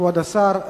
כבוד השר,